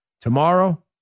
tomorrow